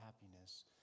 happiness